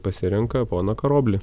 pasirenka poną karoblį